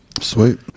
sweet